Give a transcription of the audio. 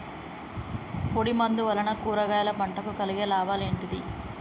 పొడిమందు వలన కూరగాయల పంటకు కలిగే లాభాలు ఏంటిది?